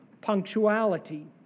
punctuality